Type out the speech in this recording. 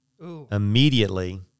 immediately